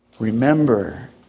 Remember